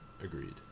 Agreed